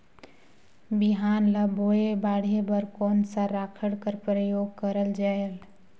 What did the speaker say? बिहान ल बोये बाढे बर कोन सा राखड कर प्रयोग करले जायेल?